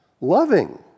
loving